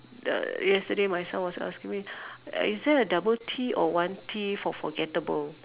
the yesterday my son was asking me is there a double T or one T for forgettable